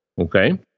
okay